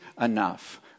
enough